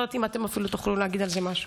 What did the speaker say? אני לא יודעת אם אתם אפילו תוכלו להגיד על זה משהו.